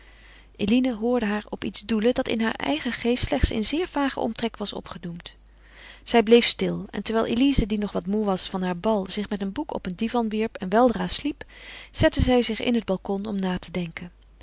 eline hoorde haar op iets doelen dat in haar eigen geest slechts in zeer vagen omtrek was opgedoemd zij bleef stil en terwijl elize die nog wat moê was van haar bal zich met een boek op een divan wierp en weldra sliep zette zij zich in het balcon om na te denken